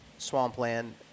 swampland